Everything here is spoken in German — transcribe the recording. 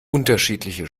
unterschiedliche